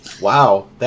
Wow